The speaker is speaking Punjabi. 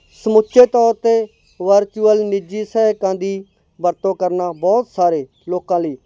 ਸਮੁੱਚੇ ਤੌਰ 'ਤੇ ਵਰਚੁਅਲ ਨਿੱਜੀ ਸਹਾਇਕਾਂ ਦੀ ਵਰਤੋਂ ਕਰਨਾ ਬਹੁਤ ਸਾਰੇ ਲੋਕਾਂ ਲਈ